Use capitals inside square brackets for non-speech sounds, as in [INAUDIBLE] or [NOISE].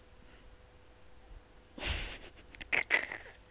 [LAUGHS]